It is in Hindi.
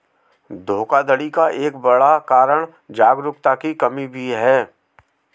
धोखाधड़ी का एक बड़ा कारण जागरूकता की कमी भी है